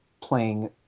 playing